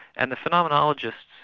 and the phenomenologists,